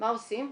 מה עושים?